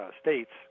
states